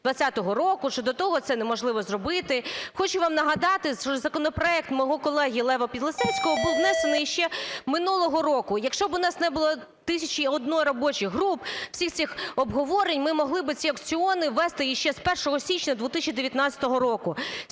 2020 року, що до того це неможливо зробити. Хочу вам нагадати, що законопроект мого колеги Лева Підлісецького був внесений іще минулого року. Якщо б у нас не було тисячі і однієї робочої групи, всіх цих обговорень, ми могли би ці аукціони ввести іще з 1 січня 2019 року.